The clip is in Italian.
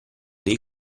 dei